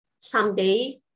someday